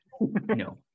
no